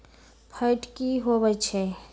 Fat की होवछै?